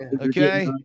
Okay